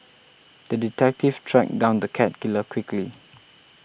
the detective tracked down the cat killer quickly